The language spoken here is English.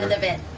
of it.